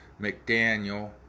McDaniel